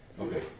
Okay